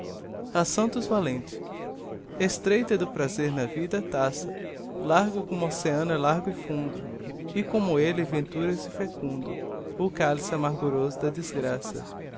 a santos valente estreita é do prazer na vida a taça largo como o oceano é largo e fundo e como elle em venturas infecundo o cális amargoso da desgraça